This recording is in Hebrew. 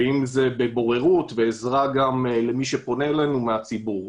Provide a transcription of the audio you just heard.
ואם זה בבוררות ועזרה למי שפונה אלינו מהציבור.